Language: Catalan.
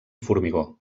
formigó